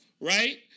right